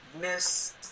Miss